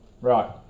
Right